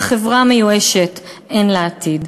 וחברה מיואשת, אין לה עתיד.